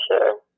sure